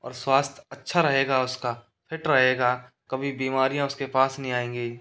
और स्वास्थ्य अच्छा रहेगा उसका फिट रहेगा कभी बीमारियाँ उसके पास नहीं आएगी